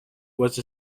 was